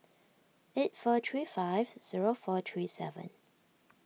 eight four three five zero four three seven